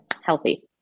healthy